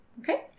Okay